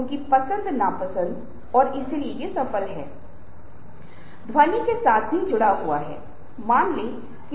इसलिए हम जो करने जा रहे हैं हम यह पता लगाने की कोशिश कर रहे हैं कि क्या वास्तव में ऐसा होता है